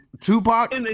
Tupac